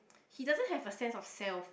he doesn't have a sense of self